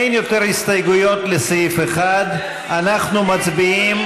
אין יותר הסתייגויות לסעיף 1. אנחנו מצביעים